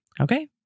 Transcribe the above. okay